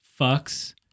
fucks